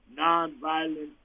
nonviolent